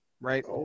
right